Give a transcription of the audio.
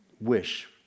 wish